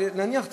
על להניח תפילין,